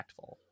impactful